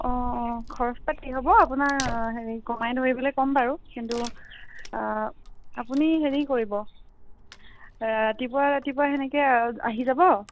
অ অ খৰচ পাতি হ'ব আপোনাৰ হেৰি কমাই ধৰিবলৈ ক'ম বাৰু কিন্তু আপুনি হেৰি কৰিব ৰাতিপুৱা ৰাতিপুৱা সেনেকৈ আহি যাব